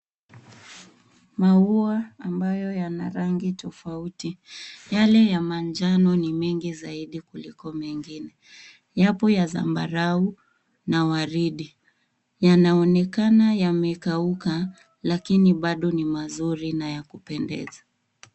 Maua ambayo yana rangi tofauti. Yale ya manjano ni mengi zaidi kuliko mengine. Yapo ya zambarau na waridi. Yanaonekana yamekauka lakini bado ni mazuri na ya kupendeza.